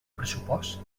pressupost